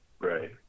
Right